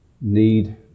need